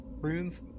runes